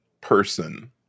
person